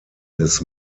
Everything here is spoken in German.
des